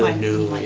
but new.